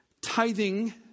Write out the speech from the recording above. Tithing